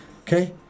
Okay